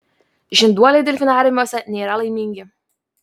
žinduoliai delfinariumuose nėra laimingi